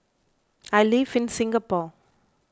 I live in Singapore